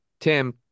Tim